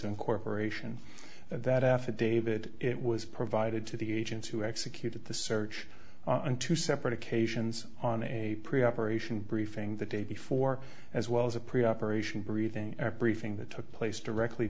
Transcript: incorporation that affidavit it was provided to the agents who executed the search on two separate occasions on a pre operation briefing the day before as well as a pre operation breathing or a briefing that took place directly